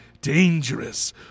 dangerous